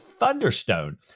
Thunderstone